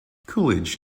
coolidge